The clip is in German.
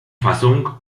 fassung